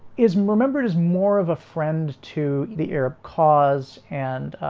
is remembered as more of a friend to the arab cause and